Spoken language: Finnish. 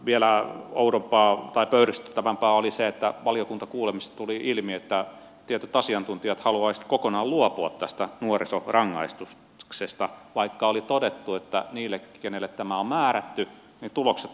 vielä oudompaa tai pöyristyttävämpää oli se että valiokuntakuulemisessa tuli ilmi että tietyt asiantuntijat haluaisivat kokonaan luopua tästä nuorisorangaistuksesta vaikka oli todettu että koskien niitä kenelle tämä on määrätty tulokset ovat hyviä